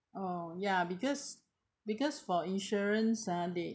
oh ya because because for insurance ah they